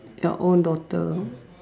your own daughter